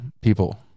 People